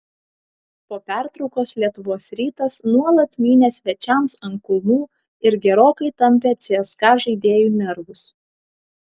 po pertraukos lietuvos rytas nuolat mynė svečiams ant kulnų ir gerokai tampė cska žaidėjų nervus